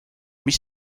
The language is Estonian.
mis